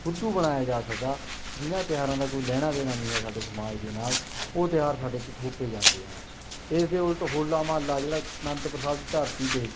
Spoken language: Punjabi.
ਬੁੱਧੂ ਬਣਾਇਆ ਜਾ ਸਕਾ ਜਿਹਨਾਂ ਤਿਉਹਾਰਾਂ ਦਾ ਕੋਈ ਲੈਣਾ ਦੇਣਾ ਨਹੀਂ ਹੈ ਸਾਡੇ ਸਮਾਜ ਦੇ ਨਾਲ ਉਹ ਤਿਉਹਾਰ ਸਾਡੇ 'ਤੇ ਥੋਪੇ ਜਾਂਦੇ ਹਨ ਇਸ ਦੇ ਉਲਟ ਹੋਲਾ ਮਹੱਲਾ ਜਿਹੜਾ ਆਨੰਦਪੁਰ ਸਾਹਿਬ ਦੀ ਧਰਤੀ 'ਤੇ